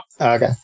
okay